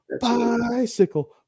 Bicycle